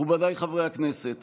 מכובדיי חברי הכנסת,